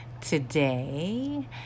today